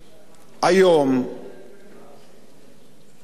היום החליט